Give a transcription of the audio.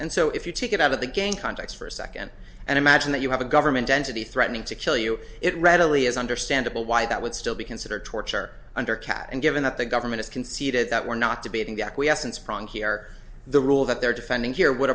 and so if you take it out of the game context for a second and imagine that you have a government entity threatening to kill you it readily is understandable why that would still be considered torture under cat and given that the government has conceded that we're not debating the acquiescence prong here the rule that they're defending here would